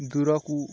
ଦୂରକୁ